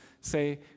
say